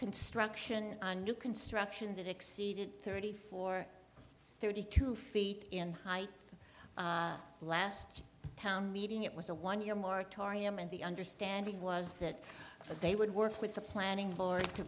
construction on new construction that exceeded thirty four thirty two feet in height last town meeting it was a one year moratorium and the understanding was that they would work with the planning